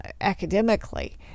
academically